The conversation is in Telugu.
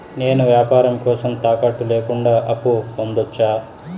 నేను వ్యాపారం కోసం తాకట్టు లేకుండా అప్పు పొందొచ్చా?